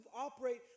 operate